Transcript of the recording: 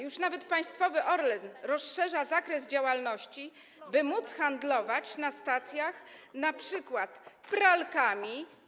Już nawet państwowy Orlen rozszerza zakres działalności, by móc handlować na stacjach w niedziele np. pralkami.